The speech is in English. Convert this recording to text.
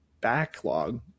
backlog